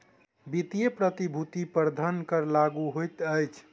वित्तीय प्रतिभूति पर धन कर लागू होइत अछि